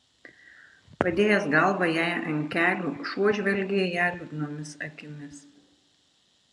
padėjęs galvą jai ant kelių šuo žvelgė į ją liūdnomis akimis